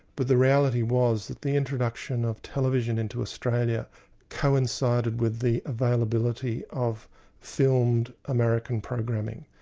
but the reality was that the introduction of television into australia coincided with the availability of filmed american programming.